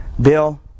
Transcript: Bill